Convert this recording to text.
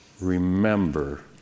Remember